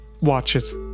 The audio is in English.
watches